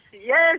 yes